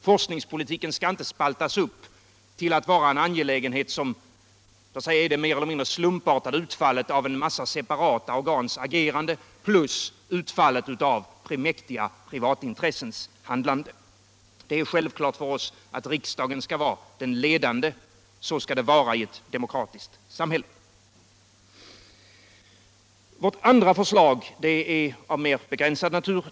Forskningspolitiken skall inte spaltas upp så att den blir det mer eller mindre slumpartade utfallet av en mängd separata organs agerande och av mäktiga privatintressens handlande. Det är självklart för oss att riksdagen skall vara den ledande instansen på detta område. Så skall det vara i ett demokratiskt samhälle. Vårt andra förslag är av mera begränsad natur.